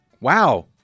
wow